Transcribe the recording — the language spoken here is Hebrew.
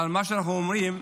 אבל מה שאנחנו אומרים: